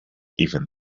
even